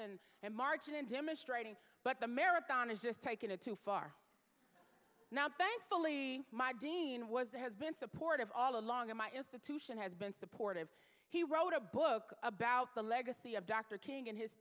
and and marchin intimidating but the marathon has just taken it too far now thankfully my dean was a has been supportive all along and my institution has been supportive he wrote a book about the legacy of dr king and his